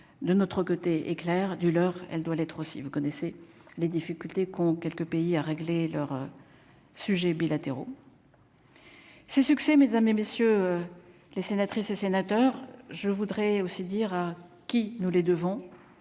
de notre côté éclair du leur, elle doit l'être aussi, vous connaissez les difficultés qu'ont quelques pays à régler leurs sujets bilatéraux. Ces succès mes à mes messieurs les sénatrices et sénateurs, je voudrais aussi dire à qui nous les devons